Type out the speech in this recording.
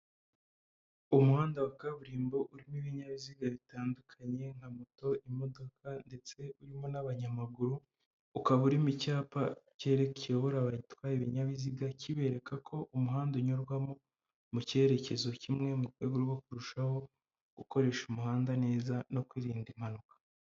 Umuhanda wa kaburimbo urimo ibinyabiziga bitandukanye na moto imodoka ndetse urimo n'abanyamaguru. Ukaba urimo icyapa cyiyobora abatwaye ibinyabiziga, kibereka ko umuhanda unyurwamo mu cyerekezo kimwe, mu rwego rwo kurushaho gukoresha umuhanda neza no kwirinda impanuka.